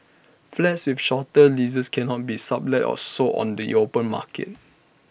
flats with shorter leases cannot be sublet or sold on the open market